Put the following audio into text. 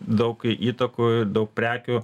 daug įtakų daug prekių